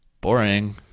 boring